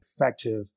effective